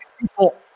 people